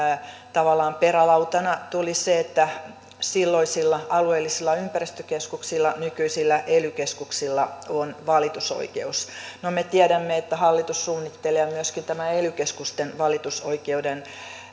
tavallaan perälautana tuli se että silloisilla alueellisilla ympäristökeskuksilla nykyisillä ely keskuksilla on valitusoikeus no me tiedämme että hallitus suunnittelee myöskin tämän ely keskusten valitusoikeuden